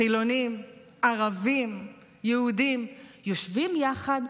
חילונים, ערבים, יהודים, יושבים יחד,